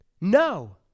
No